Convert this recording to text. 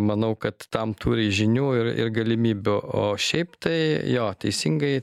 manau kad tam turi žinių ir ir galimybių o šiaip tai jo teisingai